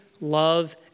love